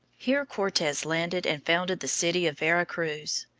here cortes landed and founded the city of vera cruz,